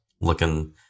looking